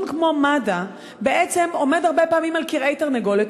כמו מד"א בעצם עומד הרבה פעמים על כרעי תרנגולת,